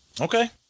Okay